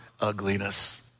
ugliness